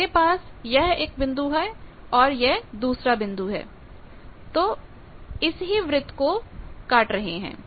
तो मेरे पास यह एक बिंदु है और यह दूसरा बिंदु है जो इस ही वृत्त को काट रहे हैं